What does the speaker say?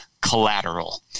collateral